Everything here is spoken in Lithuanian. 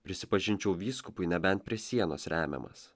prisipažinčiau vyskupui nebent prie sienos remiamas